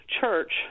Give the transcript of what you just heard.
church